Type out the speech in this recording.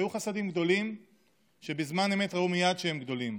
היו חסדים גדולים שבזמן אמת ראו מייד שהם גדולים,